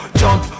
jump